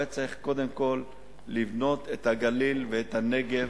הוא היה צריך קודם כול לבנות את הגליל ואת הנגב,